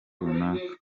runaka